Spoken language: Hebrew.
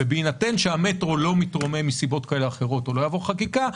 בהינתן שהמטרו לא מתרומם מסיבות כאלה או אחרות או לא יעבור חקיקה,